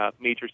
major